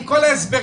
עם כל ההסברים,